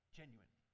genuine